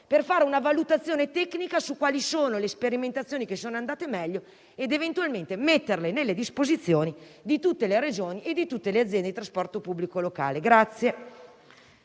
per fare una valutazione tecnica su quali sono le sperimentazioni andate meglio ed eventualmente metterle a disposizione di tutte le Regioni e le aziende di trasporto pubblico locale.